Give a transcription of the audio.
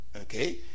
Okay